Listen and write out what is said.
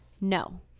No